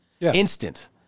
Instant